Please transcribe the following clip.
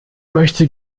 möchte